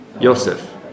Yosef